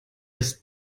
ist